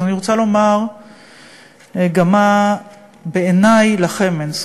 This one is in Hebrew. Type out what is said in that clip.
אז אני רוצה לומר גם מה, בעיני, לכם אין זכות: